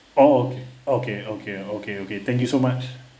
orh okay okay okay okay okay thank you so much